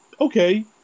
okay